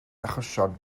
achosion